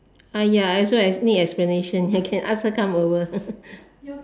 ah ya I also need explanation here can ask her come over